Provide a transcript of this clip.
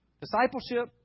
Discipleship